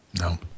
No